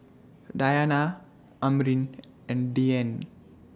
Dayana Amrin and Dian